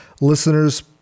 listeners